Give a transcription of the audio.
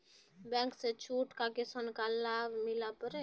Bank से छूट का किसान का लाभ मिला पर?